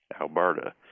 Alberta